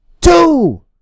two